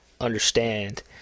understand